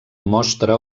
mostra